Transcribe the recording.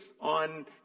on